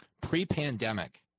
pre-pandemic